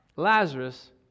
Lazarus